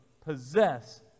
possess